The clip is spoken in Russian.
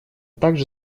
также